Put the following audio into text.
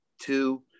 two